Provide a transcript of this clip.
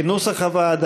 משרד הבינוי והשיכון,